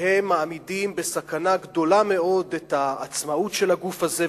שמעמידים בסכנה גדולה מאוד את העצמאות של הגוף הזה,